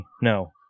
No